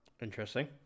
Interesting